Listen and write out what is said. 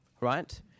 right